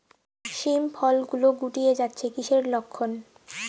শিম ফল গুলো গুটিয়ে যাচ্ছে কিসের লক্ষন?